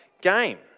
game